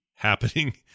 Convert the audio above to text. happening